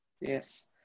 Yes